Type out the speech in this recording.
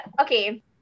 okay